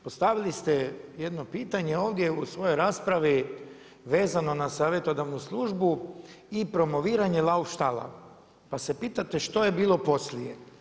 Postavili ste jedno pitanje ovdje u svojoj raspravi vezano na savjetodavnu službu i promoviranje lauf štale pa se pitate što je bilo poslije.